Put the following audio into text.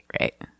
Right